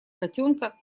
котенка